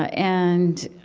ah and,